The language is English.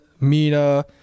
Mina